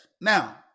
Now